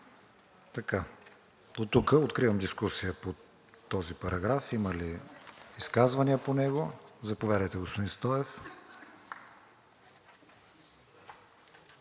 Дотук. Откривам дискусия по този параграф. Има ли изказвания по него? Заповядайте, господин Стоев.